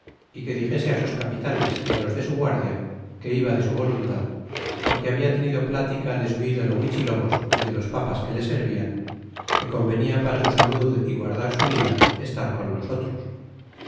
y que dixese á sus capitanes y á los de su guardia que iba de su voluntad porque habia tenido platica de su ídolo huichilobos y de los papas que le servian que convenia para su salud y guardar su vida estar con nosotros